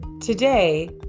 Today